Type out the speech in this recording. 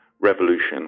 revolution